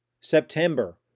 September